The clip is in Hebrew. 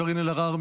קארין אלהרר,